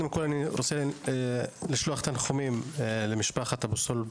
ראשית, אני רוצה לשלוח תנחומים למשפחת אבו סולף,